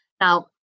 Now